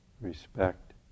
respect